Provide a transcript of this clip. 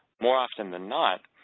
more often than not,